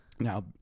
Now